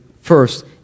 first